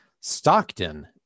Stockton